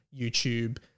YouTube